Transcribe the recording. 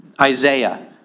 Isaiah